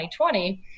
2020